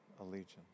allegiance